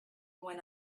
when